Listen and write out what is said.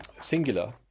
singular